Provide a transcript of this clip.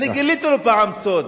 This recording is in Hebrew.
תודה.